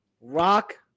Rock